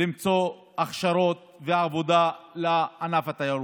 למצוא הכשרות ועבודה לענף התיירות.